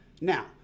Now